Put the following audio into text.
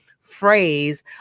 Phrase